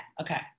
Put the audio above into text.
okay